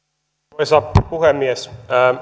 arvoisa puhemies